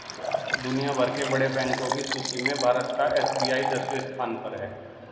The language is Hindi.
दुनिया भर के बड़े बैंको की सूची में भारत का एस.बी.आई दसवें स्थान पर है